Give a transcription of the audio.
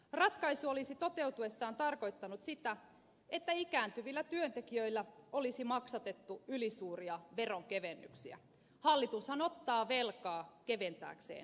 ratkaisu olisi toteutuessaan tarkoittanut sitä että ikääntyvillä työntekijöillä olisi maksatettu ylisuuria veronkevennyksiä hallitushan ottaa velkaa keventääkseen veroja